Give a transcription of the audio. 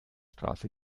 straße